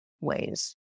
ways